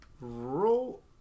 Roll